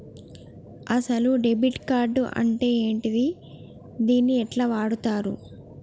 అసలు debit card అంటే ఏంటిది? దీన్ని ఎట్ల వాడుతరు?